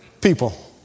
people